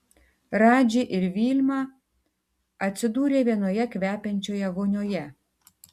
radži ir vilma atsidūrė vienoje kvepiančioje vonioje